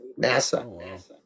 NASA